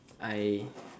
I